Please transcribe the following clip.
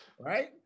Right